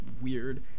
weird